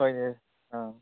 ꯍꯣꯏꯅꯦ ꯑꯥ